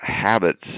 habits